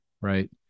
right